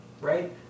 Right